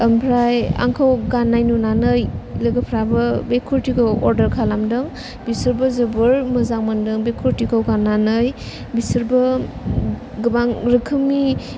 ओमफ्राय आंखौ गाननाय नुनानै लोगोफोराबो बे कुर्टिखौ अर्दार खालामदों बिसोरबो जोबोर मोजां मोनदों बे कुर्टिखौ गाननानै बिसोरबो गोबां रोखोमनि